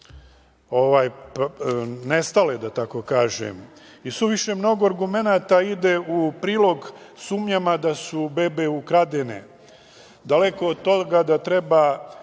nestale, da tako kažem, i suviše mnogo argumenata ide u prilog sumnjama da su bebe ukradene. Daleko od toga da treba